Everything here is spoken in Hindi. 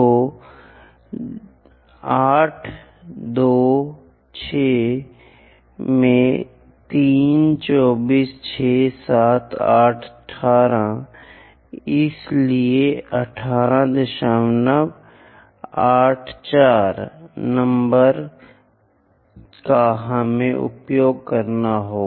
तो 8 2 6 में 3 24 6 7 8 18 इसलिए 1884 नंबर का हमें उपयोग करना है